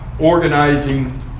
organizing